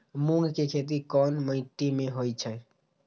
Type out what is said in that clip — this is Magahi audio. मूँग के खेती कौन मीटी मे होईछ?